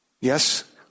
Yes